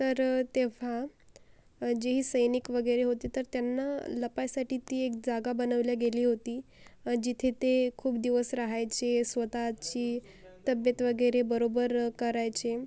तर तेव्हा जेही सैनिक वगैरे होते तर त्यांना लपायसाठी ती एक जागा बनवल्या गेली होती जिथे ते खूप दिवस राहायचे स्वतःची तब्येत वगैरे बरोबर करायचे